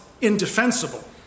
indefensible